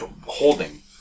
holding